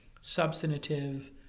substantive